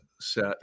set